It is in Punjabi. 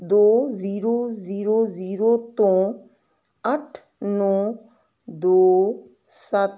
ਦੋ ਜੀਰੋ ਜੀਰੋ ਜੀਰੋ ਤੋਂ ਅੱਠ ਨੌਂ ਦੋ ਸੱਤ